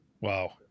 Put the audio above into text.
Wow